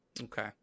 Okay